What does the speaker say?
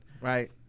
Right